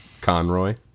Conroy